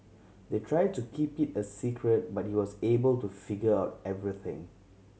they tried to keep it a secret but he was able to figure out everything